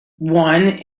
one